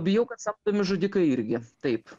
bijau kad samdomi žudikai irgi taip